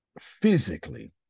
physically